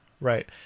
Right